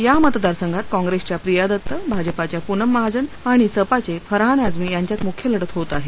या मतदारसंघात काँप्रेसच्या प्रिया दत्त भाजपाच्या पूनम महाजन आणि सपाचे फरहान आझमी यांच्यात मुख्य लढत होत आहे